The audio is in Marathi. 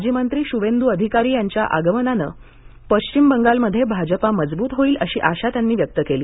माजी मंत्री शुवेंदू अधिकारी यांच्या आगमनाने पश्चिम बंगालमध्ये भाजपा मजबूत होईल अशी आशा त्यांनी व्यक्त केली